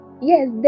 Yes